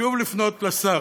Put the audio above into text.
שוב לפנות לשר.